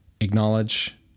Acknowledge